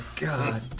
god